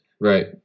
right